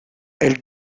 elle